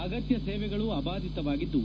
ಅಗತ್ಯ ಸೇವೆಗಳು ಅಭಾದಿತವಾಗಿದ್ದು